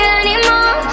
anymore